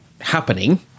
happening